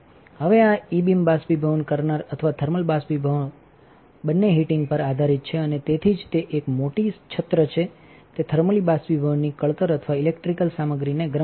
હવે આ E beam બાષ્પીભવન કરનાર અથવા થર્મલ બાષ્પીભવક બંને હીટિંગ પર આધારિત છે અને તેથી જ તે એક મોટી છત્ર છે તે થર્મલી બાષ્પીભવનની કળતરઅથવા ઇલેક્ટ્રિકલી સામગ્રીને ગરમ કરે છે